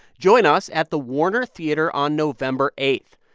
join us at the warner theatre on november eight.